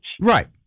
Right